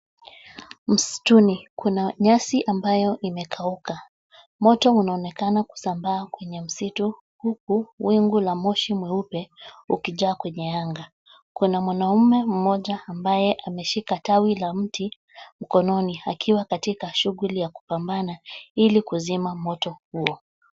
Msutuni, kuna nyasi ambayo imekauka. Moto unaonekana kusambaa kwenye msitu huku wingu la moshi mweupe ukijaa kwenye anga. Kuna mwanamume mmoja ambaye ameshika tawi la mti mkononi akiwa katika shughuli ya kupambana ili kuzima moto huo.